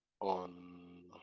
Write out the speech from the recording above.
on